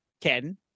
Ken